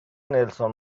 نلسون